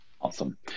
Awesome